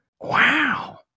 wow